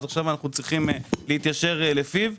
עכשיו אנחנו צריכים להתיישר על פיו.